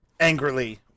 Angrily